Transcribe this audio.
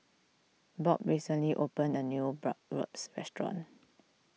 Bob recently opened a new Bratwurst restaurant